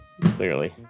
Clearly